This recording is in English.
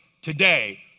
Today